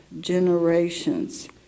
generations